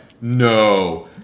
no